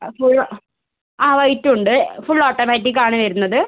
അപ്പോൾ ആ വൈറ്റ് ഉണ്ട് ഫുൾ ഓട്ടോമാറ്റിക് ആണ് വരുന്നത്